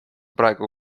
praegu